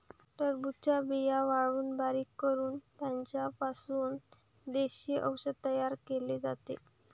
टरबूजाच्या बिया वाळवून बारीक करून त्यांचा पासून देशी औषध तयार केले जाते